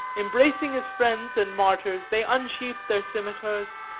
embracing as friends and martyrs, they unsheathed their scimeters,